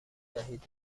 دهید